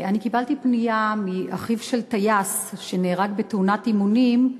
אני קיבלתי פנייה מאח של טייס שנהרג בתאונת אימונים,